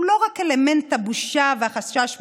הוא לא רק אלמנט הבושה והחשש מחשיפה,